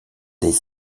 des